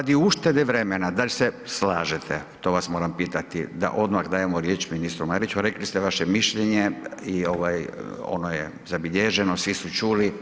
Radi uštede vremena, da li slažete, to vas moram pitati, da odmah dajemo riječ ministru Mariću, rekli ste vaše mišljenje i ovaj ono je zabilježeno, svi su čuli.